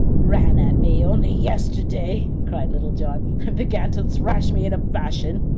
ran at me only yesterday, cried little john and began to thrash me in a passion.